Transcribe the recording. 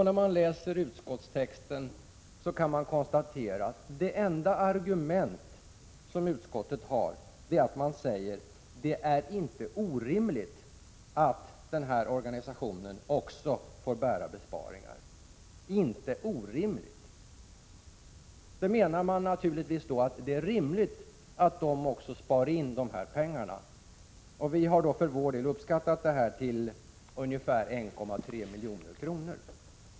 När man läser utskottstexten kan man konstatera att det enda argument som utskottet har är att det inte är orimligt att den här organisationen också får bära besparingar. Med inte orimligt menar man naturligtvis att det är rimligt att den också spar in dessa pengar. Vi har för vår del uppskattat besparingen i fråga till 1,3 milj.kr.